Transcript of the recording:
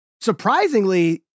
surprisingly